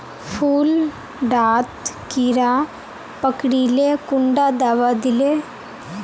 फुल डात कीड़ा पकरिले कुंडा दाबा दीले?